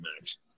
match